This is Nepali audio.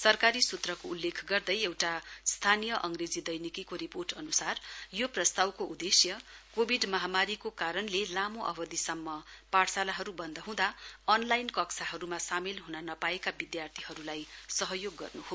सरकारी सूत्रको उल्लेख गर्दै एउटा स्थानीय अंग्रेजी दैनिकी दि रिपोर्ट अनुसार यो प्रस्तावको उद्देश्य कोविड महामारीको कारणले लामो अवधिसम्म पाठशालाहरू बन्द हँदा अनलाइन कक्षाहरूमा सामेल ह्न नपाएका विद्यार्थीहरूलाई सहयोग गर्नु हो